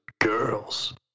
girls